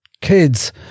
kids